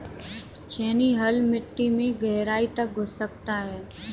छेनी हल मिट्टी में गहराई तक घुस सकता है